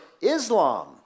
Islam